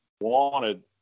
wanted